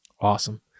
Awesome